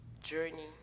journey